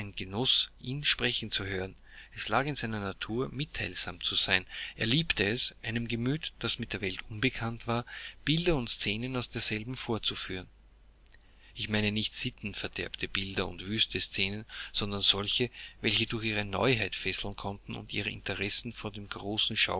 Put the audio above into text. ihn sprechen zu hören es lag in seiner natur mitteilsam zu sein er liebte es einem gemüte das mit der welt unbekannt war bilder und scenen aus derselben vorzuführen ich meine nicht sittenverderbte bilder und wüste scenen sondern solche welche durch ihre neuheit fesseln konnten und ihr intresse von dem großen